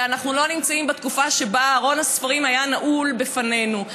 ואנחנו לא נמצאים בתקופה שבה ארון הספרים היה נעול בפנינו,